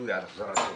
פיצוי על החזרת עובדים.